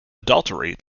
adultery